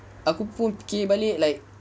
aku pun fikir balik like